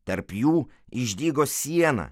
tarp jų išdygo siena